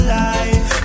life